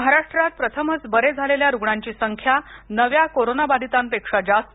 महाराष्ट्रात प्रथमच बरे झालेल्या रुग्णांची संख्या नव्या कोरोनाबाधितांपेक्षा जास्त